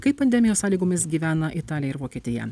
kai pandemijos sąlygomis gyvena italija ir vokietija